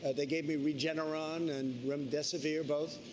ah they gave me regeneron and remdesivir both.